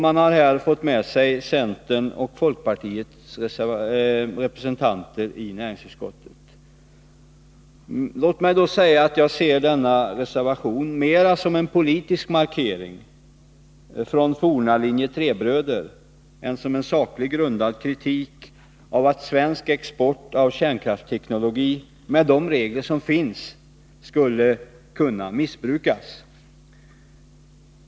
Vpk har här fått med sig centerns och folkpartiets representanter i näringsutskottet på en reservation. Jag ser denna reservation mera som en politisk markering från forna linje 3-bröder än som en sakligt grundad kritik av att svensk export av kärnkraftsteknologi, med de regler som finns, skulle kunna missbrukas.